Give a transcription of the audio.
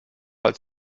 als